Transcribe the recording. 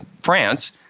France